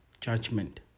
judgment